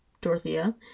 Dorothea